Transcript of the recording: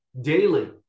daily